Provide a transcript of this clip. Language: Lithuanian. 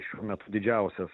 šiuo metu didžiausias